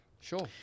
sure